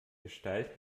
gestalt